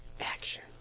Action